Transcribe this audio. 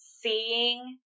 seeing